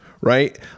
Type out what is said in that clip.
right